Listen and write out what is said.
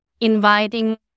inviting